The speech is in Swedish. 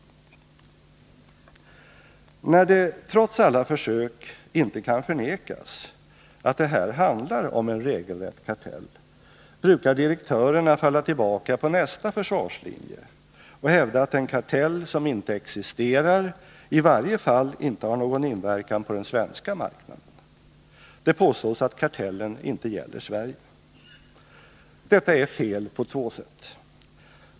När det trots alla försök inte kan förnekas att det här handlar om en regelrätt kartell, brukar direktörerna falla tillbaka på nästa försvarslinje och hävda att den kartell som inte existerar i varje fall inte har någon inverkan på den svenska marknaden. Det påstås att kartellen inte gäller Sverige. Detta är fel på två sätt.